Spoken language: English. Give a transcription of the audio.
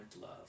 love